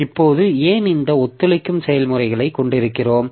இப்போது ஏன் இந்த ஒத்துழைக்கும் செயல்முறைகளைக் கொண்டிருக்கிறோம்